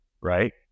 right